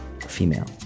female